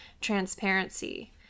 transparency